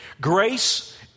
Grace